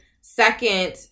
second